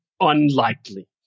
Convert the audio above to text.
unlikely